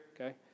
okay